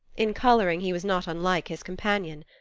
in coloring he was not unlike his companion.